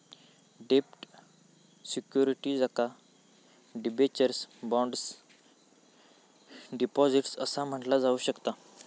डेब्ट सिक्युरिटीजका debentures, bonds, deposits असा म्हटला जाऊ शकता